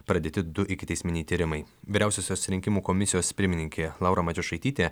pradėti du ikiteisminiai tyrimai vyriausiosios rinkimų komisijos pirmininkė laura matijošaitytė